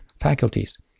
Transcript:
faculties